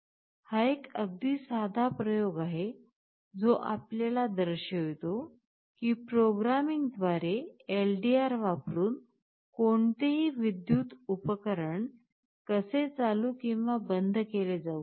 हा एक अगदी साधा प्रयोग आहे जो आपल्याला दर्शवितो की प्रोग्रामिंग द्वारे एलडीआर वापरून कोणतेही विद्युत उपकरण कसे चालू किंवा बंद केले जाऊ शकते